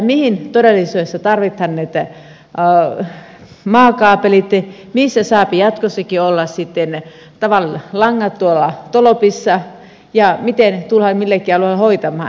mihin todellisuudessa tarvitaan näitä maakaapeleita missä saa jatkossakin olla sitten tavalliset langat tuolla tolpissa ja miten tullaan milläkin alueella hoitamaan